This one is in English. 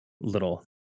little